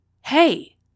Hey